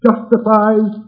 Justifies